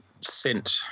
sent